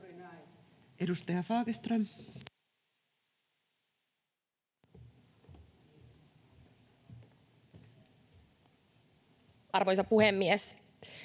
Edustaja Partanen. Arvoisa puhemies!